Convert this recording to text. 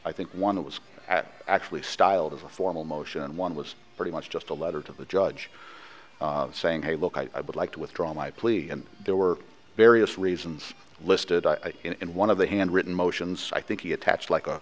i think one that was actually styled as a formal motion and one was pretty much just a letter to the judge saying hey look i would like to withdraw my plea and there were various reasons listed in one of the handwritten motions i think he attached like